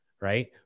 right